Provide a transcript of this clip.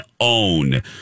OWN